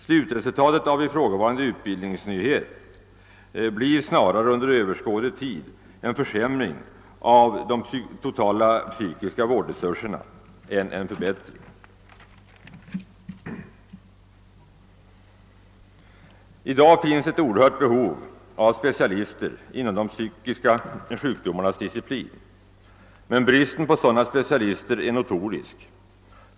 Slutresultat av ifrågavarande = utbildningsnyhet blir snarare under överskådlig tid en försämring av de totala psykiska vårdresurserna än en förbättring. I dag finns det ett oerhört behov av specialister inom de psykiska sjukdomarnas disciplin, men bristen på sådana specialister är notorisk.